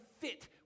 fit